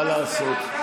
מה לעשות?